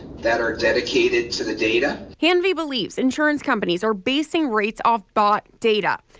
that are dedicated to the data can be believes insurance companies are basing rates off bought data.